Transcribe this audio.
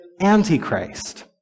antichrist